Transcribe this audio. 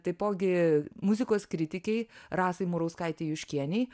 taipogi muzikos kritikei rasai murauskaitei juškienei